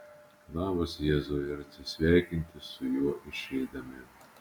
labas jėzau ir atsisveikinti su juo išeidami